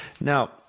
now